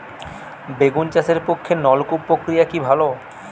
বেগুন চাষের পক্ষে নলকূপ প্রক্রিয়া কি ভালো?